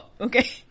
Okay